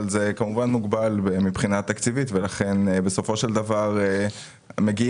אבל זה כמובן מוגבל מבחינה תקציבית ולכן בסופו של דבר מגיעים